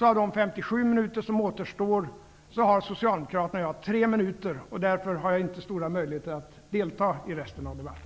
innebär att jag nu har 3 minuter kvar av de 57 minuter som återstår, och därför har jag inte stora möjligheter att delta i resten av debatten.